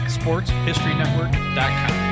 sportshistorynetwork.com